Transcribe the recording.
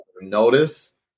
Notice